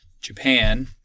Japan